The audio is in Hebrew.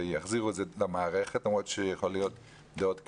שיחזירו את זה למערכת למרות שיכולות להיות דעות כאלה.